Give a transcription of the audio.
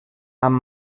amb